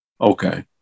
Okay